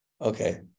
Okay